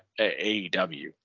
AEW